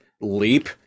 leap